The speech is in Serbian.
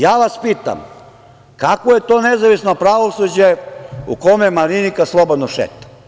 Ja vas pitam kakvo je to nezavisno pravosuđe u kome Marinika slobodno šeta?